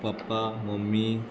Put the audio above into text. papa mummy